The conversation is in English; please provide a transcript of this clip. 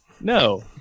No